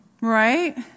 right